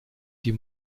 die